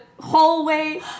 hallway